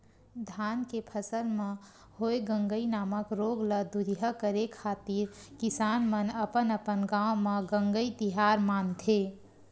धान के फसल म होय गंगई नामक रोग ल दूरिहा करे खातिर किसान मन अपन अपन गांव म गंगई तिहार मानथे